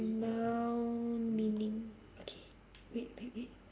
noun meaning okay wait wait wait